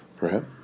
Right